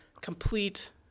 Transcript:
complete